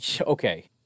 Okay